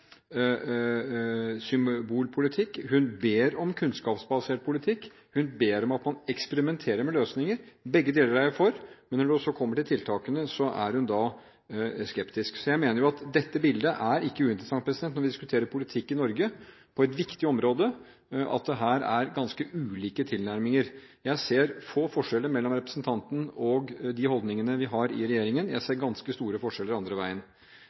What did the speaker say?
symbolpolitikk. Hun ber om kunnskapsbasert politikk. Hun ber om at man eksperimenterer med løsninger. Begge deler er jeg for. Men når det kommer til tiltakene, er hun skeptisk. Jeg mener at dette bildet ikke er uinteressant når en diskuterer politikk i Norge på et viktig område, for her er det ganske ulike tilnærminger. Jeg ser få forskjeller mellom representantens holdninger og dem vi har i regjeringen. Jeg ser ganske store forskjeller andre veien.